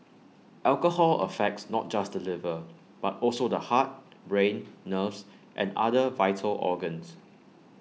alcohol affects not just the liver but also the heart brain nerves and other vital organs